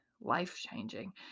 life-changing